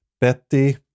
Betty